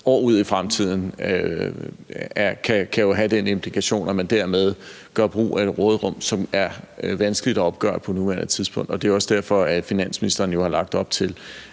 år ude i fremtiden, kan jo have den implikation, at man dermed gør brug af et råderum, som er vanskeligt at opgøre på nuværende tidspunkt. Det er jo også derfor, at finansministeren har lagt op til,